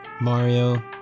Mario